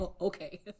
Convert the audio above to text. okay